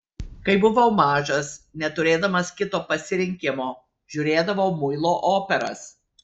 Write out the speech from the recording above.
kai buvau mažas neturėdamas kito pasirinkimo žiūrėdavau muilo operas